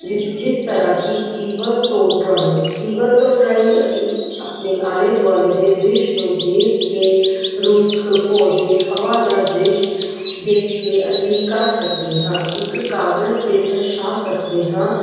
ਜਿਸ ਤਰ੍ਹਾਂ ਕਿ ਜੀਵਨ ਤੋਂ ਡਰਾਇੰਗ ਜੀਵਨ ਤੋਂ ਡਰਾਇੰਗ ਅਸੀਂ ਆਪਣੇ ਆਲੇ ਦੁਆਲੇ ਦੇ ਦ੍ਰਿਸ਼ ਨੂੰ ਦੇਖ ਕੇ ਰੁੱਖ ਪੌਦੇ ਹਵਾ ਦਾ ਦ੍ਰਿਸ਼ ਦੇਖ ਕੇ ਅਸੀਂ ਕਰ ਸਕਦੇ ਹਾਂ ਇੱਕ ਕਾਗਜ਼ 'ਤੇ ਦਰਸ਼ਾ ਸਕਦੇ ਹਾਂ